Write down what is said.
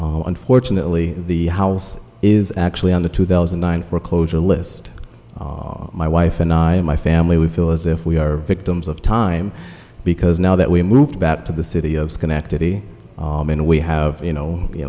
youth unfortunately the house is actually on the two thousand and nine or closure list my wife and i and my family we feel as if we are victims of time because now that we moved back to the city of schenectady and we have you know you